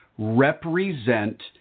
represent